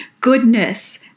goodness